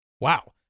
Wow